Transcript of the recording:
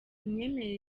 imyemerere